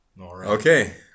Okay